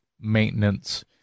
maintenance